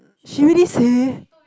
she really say